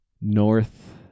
North